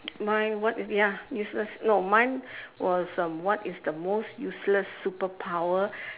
mine what ya useless no mine was um what is the most useless superpower